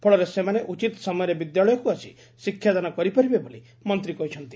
ଫଳରେ ସେମାନେ ଉଚିତ୍ ସମୟରେ ବିଦ୍ୟାଳୟକୁ ଆସି ଶିକ୍ଷାଦାନ କରିପାରିବେ ବୋଲି ମନ୍ତୀ କହିଛନ୍ତି